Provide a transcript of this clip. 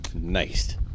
Nice